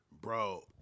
Bro